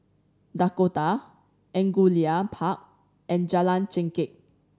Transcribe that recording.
Dakota Angullia Park and Jalan Chengkek